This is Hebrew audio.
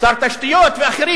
שר תשתיות ואחרים,